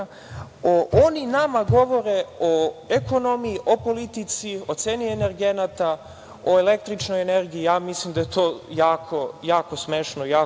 Oni nama govore o ekonomiji, o politici, o ceni energenata, o električnoj energiji, ja mislim da je to jako smešno, jako